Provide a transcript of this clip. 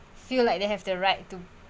feel like they have the right to